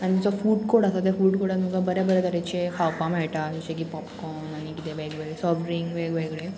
आनी तुजो food court आसा ते फूड कोटान तुमकां बरे बरे तरेचे खावपाक मेळटा जशे की पॉपकॉर्न आनी कितें वेगवेगळे सॉफ्ट ड्रिंक वेगवेगळे